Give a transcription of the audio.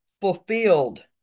fulfilled